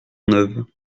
neuve